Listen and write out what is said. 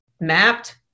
mapped